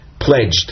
pledged